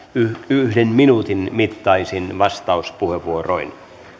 yhden minuutin mittaisin vastauspuheenvuoroin